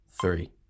Three